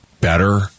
better